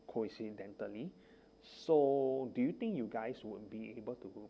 coincidentally so do you think you guys would be able to go